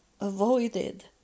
avoided